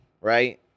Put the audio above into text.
right